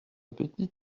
petite